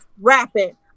rapping